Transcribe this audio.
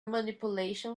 manipulation